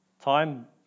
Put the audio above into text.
time